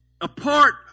apart